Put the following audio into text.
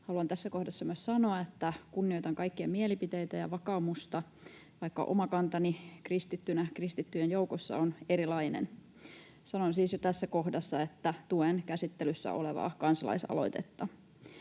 Haluan tässä kohdassa myös sanoa, että kunnioitan kaikkien mielipiteitä ja vakaumusta, vaikka oma kantani kristittynä kristittyjen joukossa on erilainen. Sanon siis jo tässä kohdassa, että tuen käsittelyssä olevaa kansalaisaloitetta.